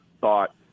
thought